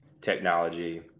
technology